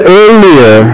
earlier